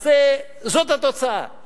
אז זאת התוצאה,